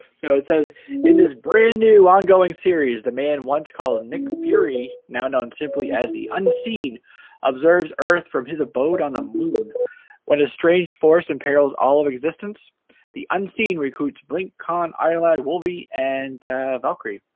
so it says in this brand new ongoing series the man once call a nick fury now known simply as the unseen observes earth from his abode on the moon when a strange force in perils all of existence the unseen recruits blink on eyelid wolvie and valkyrie